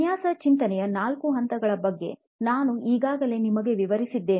ವಿನ್ಯಾಸ ಚಿಂತನೆಯ ನಾಲ್ಕು ಹಂತಗಳ ಬಗ್ಗೆ ನಾನು ಈಗಾಗಲೇ ನಿಮಗೆ ವಿವರಿಸಿದ್ದೇನೆ